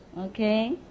okay